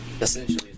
Essentially